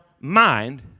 mind